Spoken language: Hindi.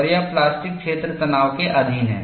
और यह प्लास्टिक क्षेत्र तनाव के अधीन है